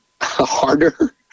harder